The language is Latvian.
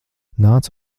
nāc